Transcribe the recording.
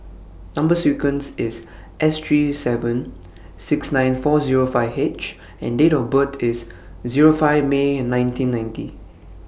Number sequence IS S three seven six nine four Zero five H and Date of birth IS Zero five May nineteen ninety